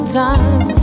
time